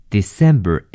December